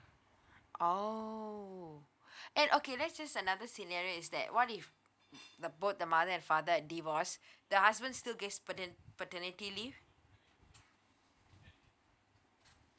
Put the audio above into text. oh and okay let's just another scenario is that what if the both the mother and father are divorced the husband still gets pater~ paternity leave